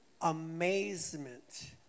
amazement